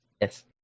yes